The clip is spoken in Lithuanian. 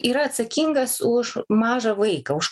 yra atsakingas už mažą vaiką už